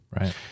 right